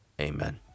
Amen